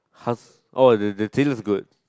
hus~ orh the the trailer is good